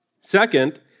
Second